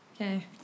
Okay